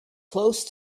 close